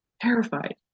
Terrified